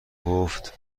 گفت